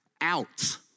out